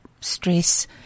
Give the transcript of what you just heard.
stress